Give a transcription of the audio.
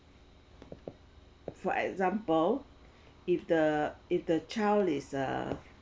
for example if the if the child is uh